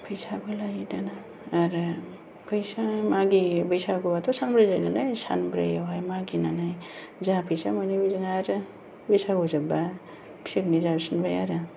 फैसाबो लायो दाना आरो फैसा मागियो बैसागोआथ' सानब्रै जायो नालाय सानब्रैआवहाय मागिनानै जा फैसा मोनो बेजोंनो आरो बैसागु जोब्बा पिकनिक जाफिनबाय आरो